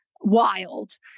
wild